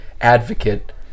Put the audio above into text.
advocate